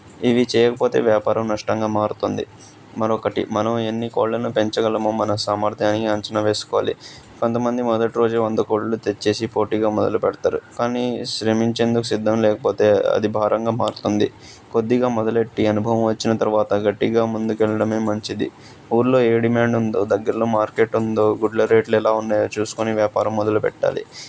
ఇవి చేయకపోతే వ్యాపారం నష్టంగా మారుతుంది మరొకటి మనం ఎన్ని కోళ్ళను పెంచగలమో మన సామర్థ్యాన్ని అంచనా వేసుకోవాలి కొంతమంది మొదటి రోజే వంద కోళ్ళు తెచ్చేసి పోటీగా మొదలు పెడతారు కానీ శ్రమించేందుకు సిద్ధం లేకపోతే అది భారంగా మారుతుంది కొద్దిగా మొదలు పెట్టి అనుభవం వచ్చిన తర్వాత గట్టిగా ముందుకెళ్ళడమే మంచిది ఊర్లో ఏ డిమాండు ఉందో దగ్గరలో మార్కెట్ ఉందో గుడ్ల రేట్లు ఎలా ఉన్నాయో చూసుకోని వ్యాపారం మొదలు పెట్టాలి